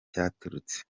cyaturutse